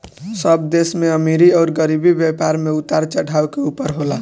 सब देश में अमीरी अउर गरीबी, व्यापार मे उतार चढ़ाव के ऊपर होला